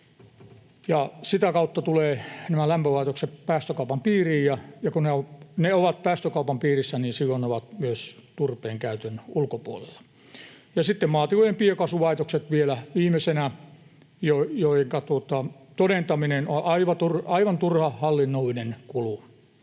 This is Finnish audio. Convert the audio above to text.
Sitä kautta nämä lämpölaitokset tulevat päästökaupan piiriin, ja kun ne ovat päästökaupan piirissä, niin silloin ne ovat myös turpeenkäytön ulkopuolella. Sitten viimeisenä vielä maatilojen biokaasulaitokset, joidenka todentaminen on aivan turha hallinnollinen kulu.